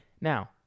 Now